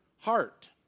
heart